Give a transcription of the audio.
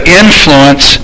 influence